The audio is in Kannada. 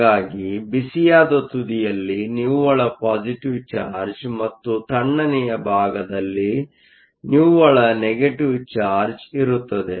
ಹಾಗಾಗಿ ಬಿಸಿಯಾದ ತುದಿಯಲ್ಲಿ ನಿವ್ವಳ ಪಾಸಿಟಿವ್ ಚಾರ್ಜ್ ಮತ್ತು ತಣ್ಣನೆಯ ಭಾಗದಲ್ಲಿ ನಿವ್ವಳ ನೆಗೆಟಿವ್ ಚಾರ್ಜ್Negative charge ಇರುತ್ತದೆ